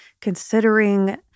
considering